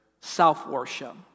self-worship